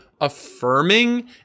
affirming